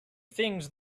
things